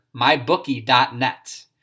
MyBookie.net